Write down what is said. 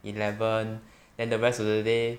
eleven then the rest of the day